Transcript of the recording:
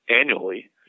annually